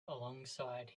alongside